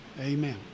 amen